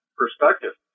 perspective